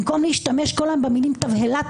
במקום להשתמש כל היום במילים "תבהלה",